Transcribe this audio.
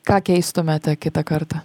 ką keistumėte kitą kartą